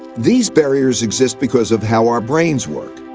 these barriers exist because of how our brains work.